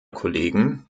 kollegen